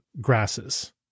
grasses